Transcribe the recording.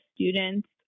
students